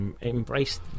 embrace